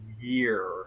year